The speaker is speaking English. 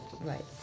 Right